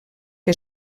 que